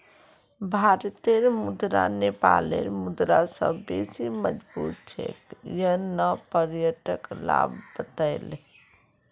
भारतेर मुद्रा नेपालेर मुद्रा स बेसी मजबूत छेक यन न पर्यटक ला बताले